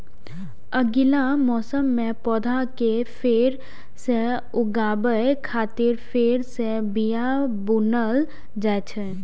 अगिला मौसम मे पौधा कें फेर सं उगाबै खातिर फेर सं बिया बुनल जाइ छै